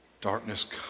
darkness